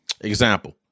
example